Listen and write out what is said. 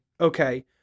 okay